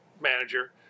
manager